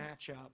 matchup